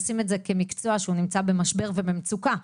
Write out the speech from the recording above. לשים את זה כמקצוע שנמצא במשבר ובמצוקה,